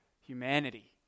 humanity